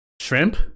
Shrimp